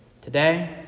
today